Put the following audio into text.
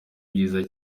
byiza